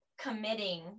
committing